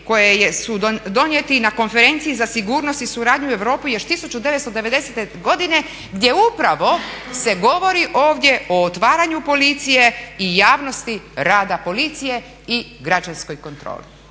koji su donijeti na Konferenciji za sigurnost i suradnju Europe još 1990. godine gdje upravo se govori o otvaranju policije i javnosti rada policije i građanskoj kontroli.